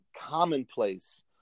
commonplace